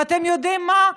ואתם יודעים מה?